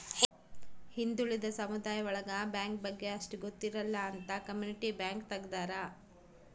ಹಿಂದುಳಿದ ಸಮುದಾಯ ಒಳಗ ಬ್ಯಾಂಕ್ ಬಗ್ಗೆ ಅಷ್ಟ್ ಗೊತ್ತಿರಲ್ಲ ಅಂತ ಕಮ್ಯುನಿಟಿ ಬ್ಯಾಂಕ್ ತಗ್ದಾರ